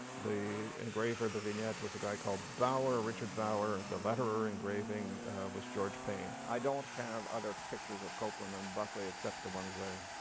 the engraver of the vignette was a guy called bauer, richard bauer. the letterer engraving was george pain. i don't have other pictures of copeland and buckley except the ones i